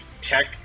tech